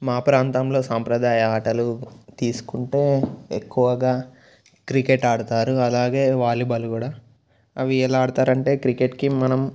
మా ప్రాంతంలో సాంప్రదాయ ఆటలు తీసుకుంటే ఎక్కువగా క్రికెట్ ఆడతారు అలాగే వాలీబాల్ కూడా అవి ఎలా ఆడతారంటే క్రికెట్కి మనం